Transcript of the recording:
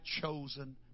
chosen